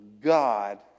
God